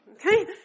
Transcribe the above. Okay